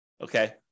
Okay